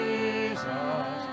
Jesus